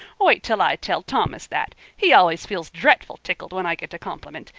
wait till i tell thomas that. he always feels dretful tickled when i git a compliment.